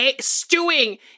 stewing